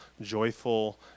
joyful